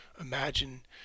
imagine